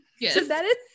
Yes